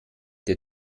der